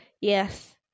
yes